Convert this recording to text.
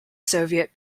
soviet